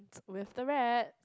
where's the rat